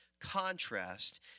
contrast